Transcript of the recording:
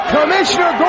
Commissioner